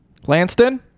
Lanston